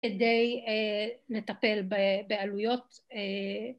כדי נטפל בעלויות